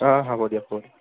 অ অ হ'ব দিয়ক